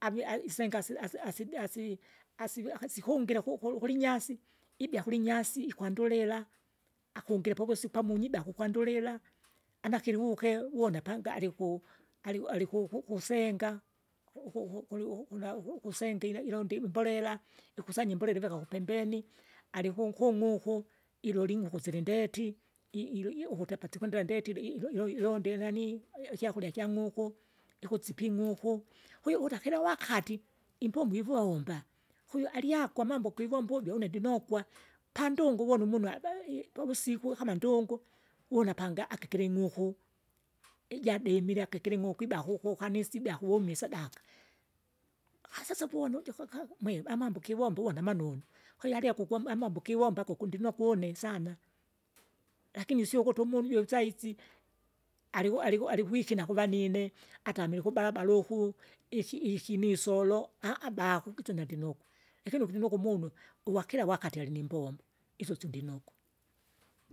ami- ai- isenga as- i asi- asibi- asi- asivi akasikungile ku- ku- kulinysi. Ibea kulinyasi, ikwandulila, akungile povusi pamunyi ibaku ukwandulila, anakilwuke uwona panga aliku- ali- alikuku kusenga, uku- ku- kuli- ukuna- ukusengira ilonde imbolele, ikusanye imbolela ivika kupembeni. Alikunkung'uku, ilole ing'uku silindeti, i- ila ukuti apa sikwendela ndetile i- ilo- ilonda inanii i- ikyakurya kyang'uku. Ikusipa ing'uku, kwahiyo ukuta kila wakati, imbombo ivomba, kwahiyo aliako amambo kwivomba ujo une ndinokwa, pandungu uwona umunu abai pavusiku akama ndungu, uvuna pange akakile ing'uku, ijadimile akakile ing'uku ibaku kukukanisa ibya kuvuma isadaka, akasasa vona uju kaka mwe amambo kivomba uvona manonu, kwahiyo aliya kukomba amambo kivomba kivomba kivomba kuku ndinokwa une sana, lakini sio ukuti umunu uju isaisi, aligu- aligu- aligwikina kuvanine. Atamile ukubaba luku, iki- ikini isolo bako ikisi une ndinoko, lakini ukuninoko umunu uwa kira wakati alinimbombo, isosindinokwa.